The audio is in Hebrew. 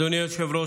אדוני היושב-ראש,